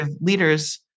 leaders